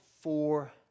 four